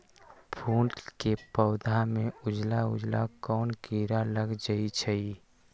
फूल के पौधा में उजला उजला कोन किरा लग जई छइ?